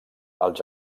als